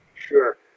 Sure